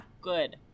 Good